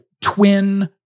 twin